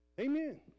Amen